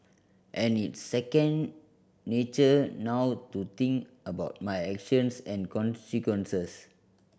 and it's second nature now to think about my actions and consequences